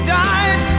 died